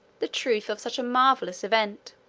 the truth of such a marvelous event.